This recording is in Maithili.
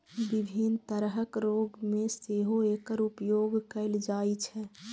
विभिन्न तरहक रोग मे सेहो एकर उपयोग कैल जाइ छै